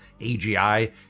AGI